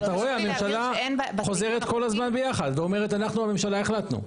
כי אתה רואה שהממשלה חוזרת כל הזמן ביחד ואומרת: אנחנו הממשלה החלטנו.